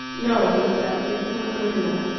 no, miss abbott it's not good enough.